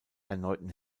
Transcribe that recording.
erneuten